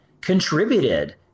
contributed